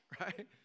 right